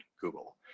Google